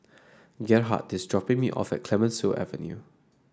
Gerhardt is dropping me off at Clemenceau Avenue